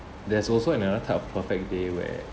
there's also another type of perfect day where